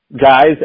guys